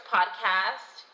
Podcast